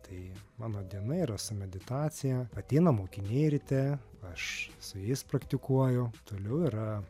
tai mano diena yra su meditacija ateina mokiniai ryte aš su jais praktikuoju toliau yra